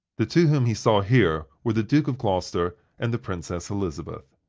the two whom he saw here were the duke of gloucester and the princess elizabeth.